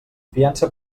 fiança